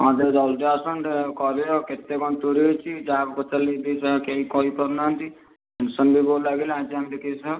ହଁ ଟିକେ ଜଲ୍ଦି ଆସନ୍ତୁ ଟିକେ କରିବେ କେତେ କ'ଣ ଚୋରି ହେଇଛି ଯାହାକୁ ପଚାରିଲେ ବି ସେ କେହି କହି ପାରୁନାହାନ୍ତି ଟେନସନ୍ ବହୁତ ଲାଗିଲା ଆଜି ଆମେ ତ କିସ